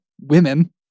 women